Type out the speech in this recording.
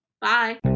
Bye